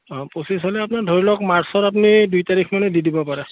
অঁ পঁচিছ হ'লে আপোনাৰ ধৰি লওক মাৰ্চৰ আপুনি দুই তাৰিখ মানে দি দিব পাৰে